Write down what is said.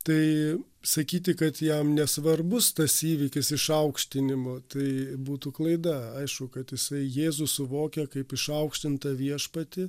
tai sakyti kad jam nesvarbus tas įvykis išaukštinimo tai būtų klaida aišku kad jisai jėzų suvokia kaip išaukštintą viešpatį